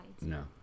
No